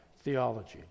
theology